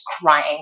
crying